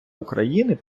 україни